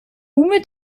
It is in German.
mit